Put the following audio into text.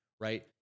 right